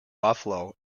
buffalo